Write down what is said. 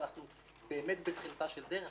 ואנחנו באמת בתחילתה של דרך.